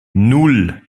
nan